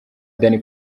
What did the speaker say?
danny